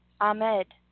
ahmed